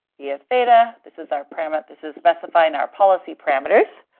yeah theta. this is our parameter, this is specifying our policy parameters.